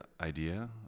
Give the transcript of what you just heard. idea